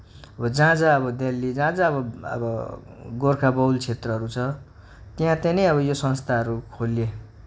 जहाँ जहाँ अब दिल्ली जहाँ जहाँ अब गोर्खाबहुल क्षेत्रहरू छ त्यहाँ त्यहाँ नै अब यो संस्थाहरू खोलिए